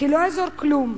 כי לא יעזור כלום,